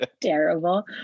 terrible